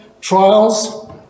trials